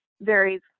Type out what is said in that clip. varies